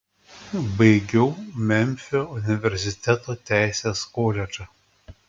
baigiau memfio universiteto teisės koledžą